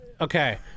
okay